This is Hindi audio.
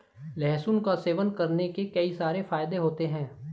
लहसुन का सेवन करने के कई सारे फायदे होते है